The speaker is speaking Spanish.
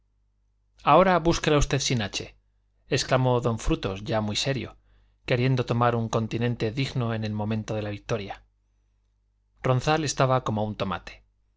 parece ahora búsquela usted sin h exclamó don frutos ya muy serio queriendo tomar un continente digno en el momento de la victoria ronzal estaba como un tomate